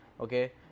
Okay